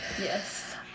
Yes